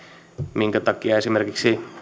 minkä takia esimerkiksi